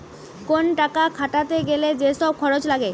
কোন টাকা খাটাতে গ্যালে যে সব খরচ লাগে